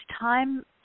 time